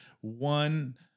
one